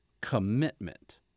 commitment